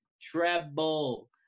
Treble